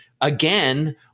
again